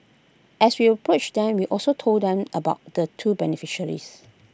as we approached them we also told them about the two beneficiaries